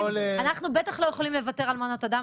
אנחנו בטח לא יכולים לוותר על מנות הדם.